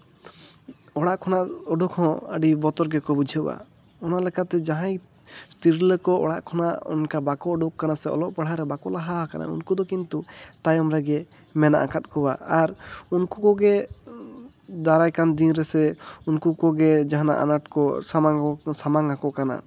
ᱚᱲᱟᱜ ᱠᱷᱚᱱᱟᱜ ᱩᱰᱩᱠ ᱦᱚᱸ ᱟᱹᱰᱤ ᱵᱚᱛᱚᱨ ᱜᱮᱠᱚ ᱵᱩᱡᱷᱟᱹᱣᱟ ᱚᱱᱟᱞᱮᱠᱟᱛᱮ ᱡᱟᱦᱟᱸᱭ ᱛᱤᱨᱞᱟᱹ ᱠᱚ ᱚᱲᱟᱜ ᱠᱷᱚᱱᱟᱜ ᱚᱱᱠᱟ ᱵᱟᱠᱚ ᱩᱰᱩᱠ ᱠᱟᱱᱟ ᱥᱮ ᱚᱞᱚᱜ ᱯᱟᱲᱦᱟᱜ ᱨᱮ ᱵᱟᱠᱚ ᱞᱟᱦᱟ ᱟᱠᱟᱱᱟ ᱩᱱᱠᱩ ᱫᱚ ᱠᱤᱱᱛᱩ ᱛᱟᱭᱚᱢ ᱨᱮᱜᱮ ᱢᱮᱱᱟᱜ ᱟᱠᱟᱫ ᱠᱚᱣᱟ ᱟᱨ ᱩᱱᱠᱩ ᱠᱚᱜᱮ ᱫᱟᱨᱟᱭ ᱠᱟᱱ ᱫᱤᱱ ᱨᱮᱥᱮ ᱩᱱᱠᱩ ᱠᱚᱜᱮ ᱡᱟᱦᱟᱱᱟᱜ ᱟᱱᱟᱴ ᱠᱚ ᱥᱟᱢᱟᱝ ᱥᱟᱟᱝᱼᱟᱠᱚ ᱠᱟᱱᱟ